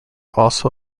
also